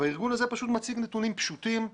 והארגון הזה פשוט מציג נתונים פשוטים.